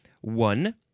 One